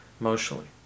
emotionally